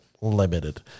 limited